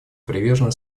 привержены